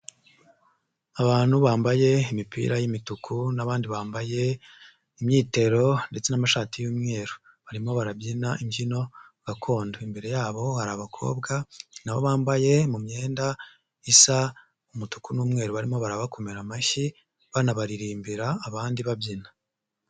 Abantu bambaye imipira y'imituku n'abandi bambaye imyitero ndetse n'amashati y'umweru barimo barabyina imbyino gakondo, imbere yabo hari abakobwa na bo bambaye mu myenda isa umutuku n'umweru, barimo barabakomera amashyi banabaririmbira abandi babyina.